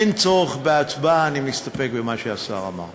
אין צורך בהצבעה, אני מסתפק במה שהשר אמר.